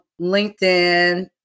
LinkedIn